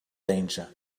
danger